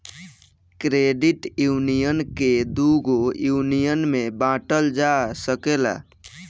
credit union के दुगो union में बॉटल जा सकेला